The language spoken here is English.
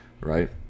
right